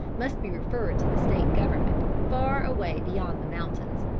must be referred to the state government, far away beyond the mountains.